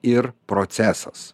ir procesas